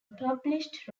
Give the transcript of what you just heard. published